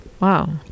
Wow